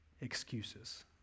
excuses